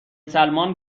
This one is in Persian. سلمان